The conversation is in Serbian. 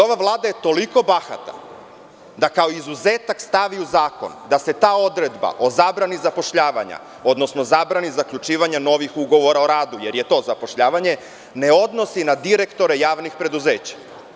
Ova Vlada je toliko bahata da kao izuzetak stavi u zakon da se ta odredba o zabrani zapošljavanja, odnosno zabrani zaključivanja novih ugovora o radu, jer je to zapošljavanje, ne odnosi na direktore javnih preduzeća.